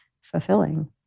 fulfilling